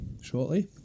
shortly